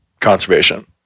Conservation